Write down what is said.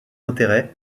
intérêts